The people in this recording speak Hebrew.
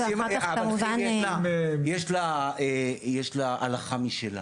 כיל יש לה נכסים, יש לה הלכה משלה.